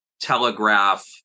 telegraph